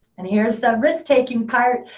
and here's that risk-taking part.